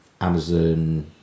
Amazon